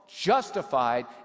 justified